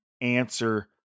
answer